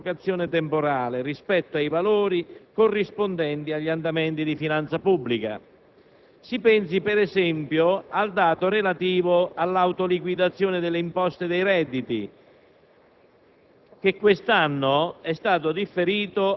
l'inadeguatezza dell'assestamento nella sua collocazione temporale rispetto ai valori corrispondenti agli andamenti di finanza pubblica. Si pensi, per esempio, al dato relativo all'autoliquidazione delle imposte sui redditi,